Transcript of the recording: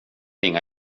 inga